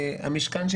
משכן